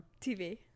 TV